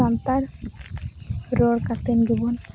ᱥᱟᱱᱛᱟᱲ ᱨᱚᱲ ᱠᱟᱛᱮᱱ ᱜᱮᱵᱚᱱ